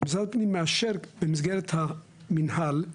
משרד הפנים מאשר במסגרת המינהל,